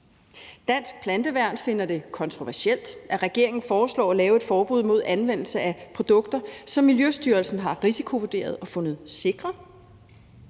Dansk Planteværn finder det kontroversielt, at regeringen foreslår at lave et forbud mod anvendelse af produkter, som Miljøstyrelsen har risikovurderet og fundet sikre.